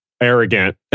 arrogant